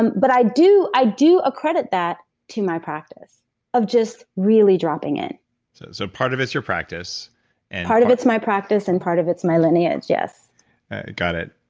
and but i do i do accredit that to my practice of just really dropping it so part of it's your practice part of it's my practice, and part of it's my lineage, yes got it.